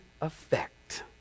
effect